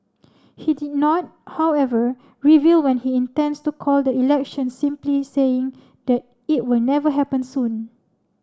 he did not however reveal when he intends to call the election simply saying that it will never happen soon